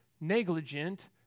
negligent